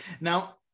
now